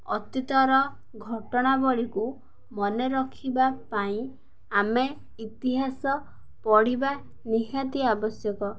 ଅତୀତର ଘଟଣାବଳୀକୁ ମନେ ରଖିବା ପାଇଁ ଆମେ ଇତିହାସ ପଢ଼ିବା ନିହାତି ଆବଶ୍ୟକ